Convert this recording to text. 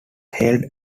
hailed